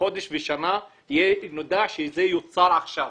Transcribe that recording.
והשנה כדי שנדע שזה יוּצר עכשיו.